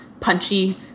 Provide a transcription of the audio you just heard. punchy